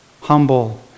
humble